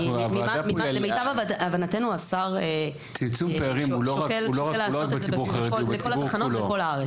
למיטב הבנתנו השר שוקל לעשות את זה לכל התחנות בכל הארץ.